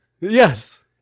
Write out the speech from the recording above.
Yes